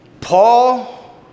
Paul